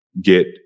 get